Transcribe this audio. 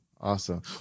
awesome